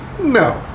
no